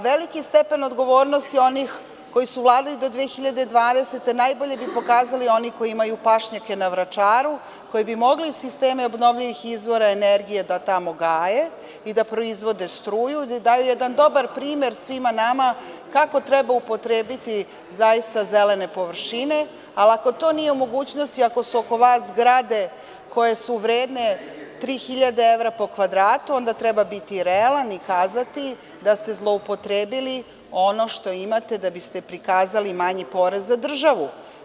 Veliki stepen odgovornosti onih koji su vladali do 2012. godine najbolje bi pokazali oni koji imaju pašnjake na Vračaru, koji bi mogli sisteme obnovljivih izvora energije da tamo gaje, da proizvode struju, da daju jedan dobar primer svima nama kako treba upotrebiti zelene površine, ali ako to nije u mogućnosti, ako su oko vas zgrade koje su vredne tri hiljade evra po kvadratu, onda treba biti realan i kazati da ste zloupotrebili ono što imate da biste prikazali manji porez za državu.